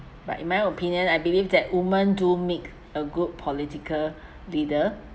but in my opinion I believe that women do make a good political leader